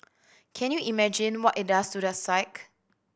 can you imagine what it does to their psyche